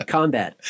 Combat